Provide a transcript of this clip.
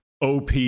OP